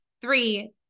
three